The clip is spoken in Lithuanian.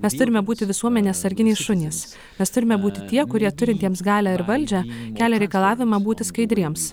mes turime būti visuomenės sarginiai šunys mes turime būti tie kurie turintiems galią ir valdžią kelia reikalavimą būti skaidriems